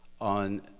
on